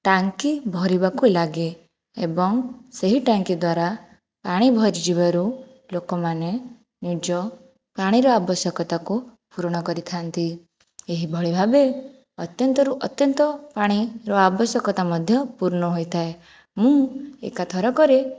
ଟାଙ୍କି ଭରିବାକୁ ଲାଗେ ଏବଂ ସେହି ଟାଙ୍କି ଦ୍ଵାରା ପାଣି ଭରିଯିବାରୁ ଲୋକମାନେ ନିଜ ପାଣିର ଆବଶ୍ୟକତାକୁ ପୂରଣ କରିଥାନ୍ତି ଏହିଭଳି ଭାବେ ଅତ୍ୟନ୍ତରୁ ଅତ୍ୟନ୍ତ ପାଣିର ଆବଶ୍ୟକତା ମଧ୍ୟ ପୂର୍ଣ୍ଣ ହୋଇଥାଏ ମୁଁ ଏକାଥରକରେ